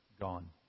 gone